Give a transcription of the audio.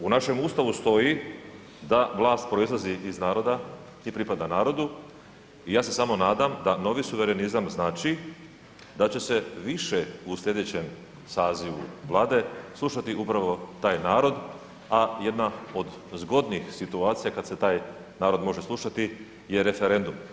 U našem Ustavu stoji da vlast proizlazi iz naroda i pripada narodu i ja se samo nadam da novi suverenizam znači da će se više u sljedećem sazivu Vlade slušati upravo taj narod, a jedna od zgodnih situacija kad se taj narod može slušati je referendum.